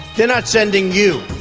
they are not sending you,